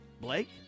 Blake